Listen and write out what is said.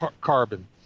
carbon